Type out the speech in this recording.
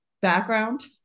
background